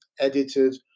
edited